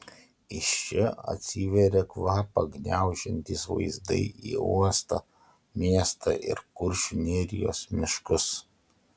iš čia atsiveria kvapą gniaužiantys vaizdai į uostą miestą ir kuršių nerijos miškus